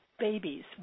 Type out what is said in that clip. babies